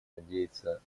надеется